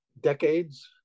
decades